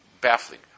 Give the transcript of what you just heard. baffling